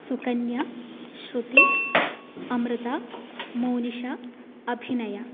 सुकन्या श्रुति अमृता मौनिषा अभिनय